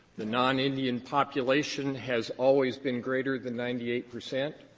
the non-indian population has always been greater than ninety eight percent.